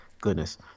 Goodness